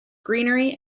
greenery